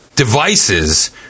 devices